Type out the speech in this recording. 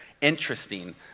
interesting